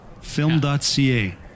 Film.ca